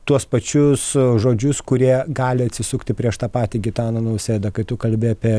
tuos pačius žodžius kurie gali atsisukti prieš tą patį gitaną nausėdą kad tu kalbi apie